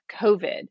COVID